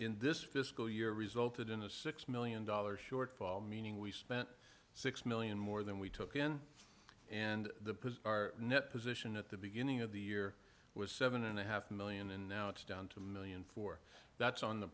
in this fiscal year resulted in a six million dollars shortfall meaning we spent six million more than we took in and the our net position at the beginning of the year was seven and a half million and now it's down to a million for that's on the